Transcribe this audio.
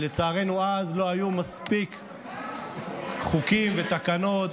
ולצערנו אז לא היו מספיק חוקים ותקנות,